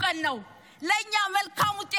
תם הזמן.